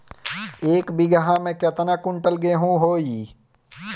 एक बीगहा में केतना कुंटल गेहूं होई?